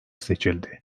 seçildi